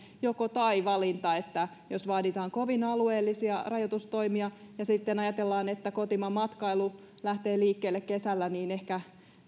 joko tai valinta jos vaaditaan kovin alueellisia rajoitustoimia ja sitten ajatellaan että kotimaanmatkailu lähtee liikkeelle kesällä niin ehkä